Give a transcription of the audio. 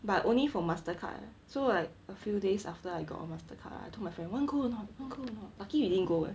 but only for mastercard so like a few days after I got a mastercard ah I told my friend want go a not want go a not lucky we didn't go eh